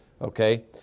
okay